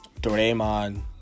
Doraemon